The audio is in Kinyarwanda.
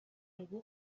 ibi